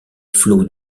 flot